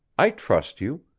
i trust you.